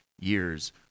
years